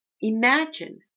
imagine